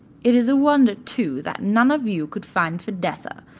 it is a wonder, too, that none of you could find fidessa.